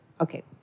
Okay